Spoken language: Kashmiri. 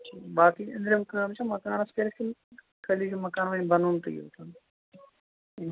باقٕے أنٛدرِم کٲم چھا مکانَس کٔرِتھ کِنہٕ خٲلی چھُ مکانےَ بَنومتُے یوت یوت